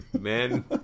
man